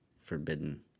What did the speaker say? forbidden